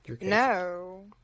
No